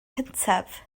cyntaf